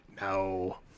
no